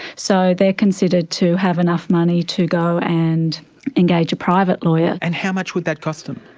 so they are considered to have enough money to go and engage a private lawyer. and how much would that cost them?